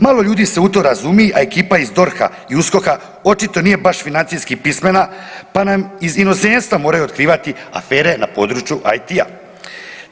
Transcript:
Malo ljudi se u to razumije a ekipa iz DORH-a i USKOK-a očito nije baš financijski pismena pa nam iz inozemstva moraju otkrivati afere na području IT-a.